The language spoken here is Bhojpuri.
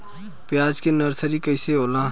प्याज के नर्सरी कइसे होला?